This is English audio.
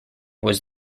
was